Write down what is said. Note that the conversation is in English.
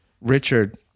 Richard